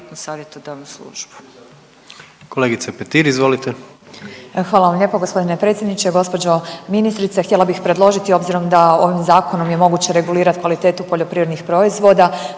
Petir izvolite. **Petir, Marijana (Nezavisni)** Hvala vam lijepo g. predsjedniče. Gospođo ministrice, htjela bih predložiti obzirom da ovim zakonom je moguće regulirat kvalitetu poljoprivrednih proizvoda